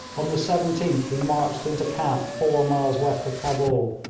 on the seventeenth he marched into camp four miles west of cabul,